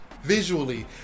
Visually